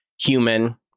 human